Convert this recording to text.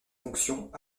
fonctions